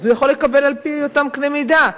הוא יכול לקבל על-פי אותם קני מידה.